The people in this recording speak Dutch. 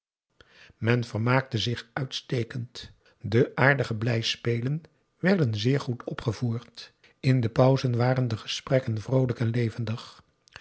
men vermaakte zich uitstekend de aardige blijspelen werden zeer goed opgevoerd in de pauzen waren de gesprekken vroolijk en levendig